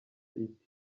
iti